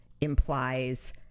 implies